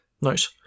nice